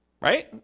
Right